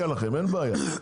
אין בעיה,